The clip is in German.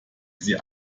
sie